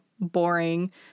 boring